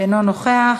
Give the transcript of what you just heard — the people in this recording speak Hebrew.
אינו נוכח.